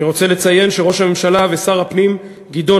אני רוצה לציין שראש הממשלה ושר הפנים גדעון